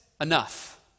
enough